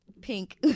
pink